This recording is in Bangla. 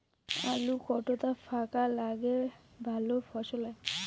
আলু কতটা ফাঁকা লাগে ভালো ফলন হয়?